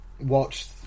watched